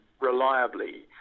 reliably